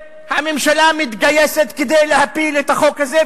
והממשלה מתגייסת כדי להפיל את החוק הזה,